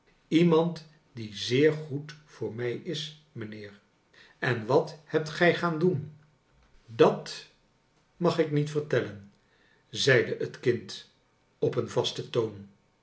iemand die zeer goed voor mij is mijnheer en wat hebt gij gaan doen dat mag ik niet vertellen zeide het kind op een vasten toon